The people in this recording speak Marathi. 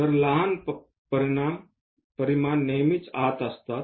तर लहान परिमाण नेहमीच आत असतात